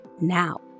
now